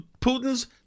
Putin's